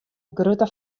grutte